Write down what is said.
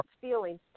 Feelings